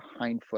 hindfoot